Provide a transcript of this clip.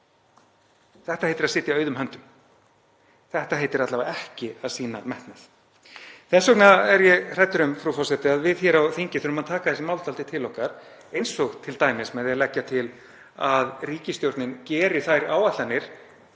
Þetta heitir að sitja auðum höndum. Þetta heitir alla vega ekki að sýna metnað. Þess vegna er ég hræddur um, frú forseti, að við hér á þingi þurfum að taka þessi mál dálítið til okkar, eins og t.d. með því að leggja til að ríkisstjórnin geri þær áætlanir